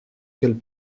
qu’elle